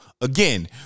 again